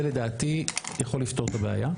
זה לדעתי יכול לפתור את הבעיה.